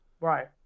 Right